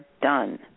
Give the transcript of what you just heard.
done